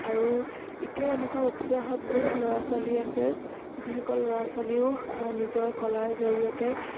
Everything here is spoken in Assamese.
আৰু এতিয়াও এনেকুৱা উঠি অহা বহুত ল'ৰা ছোৱালী আছে যিসকল ল'ৰা ছোৱালীও নিজৰ কলাৰ জৰিয়তে